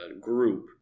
group